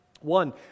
One